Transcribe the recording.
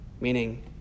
Meaning